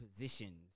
positions